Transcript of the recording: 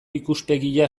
ikuspegia